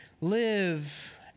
live